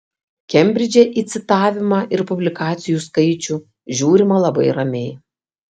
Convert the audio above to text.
kembridže į citavimą ir publikacijų skaičių žiūrima labai ramiai